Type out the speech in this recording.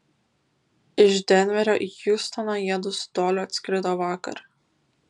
iš denverio į hjustoną jiedu su doiliu atskrido vakar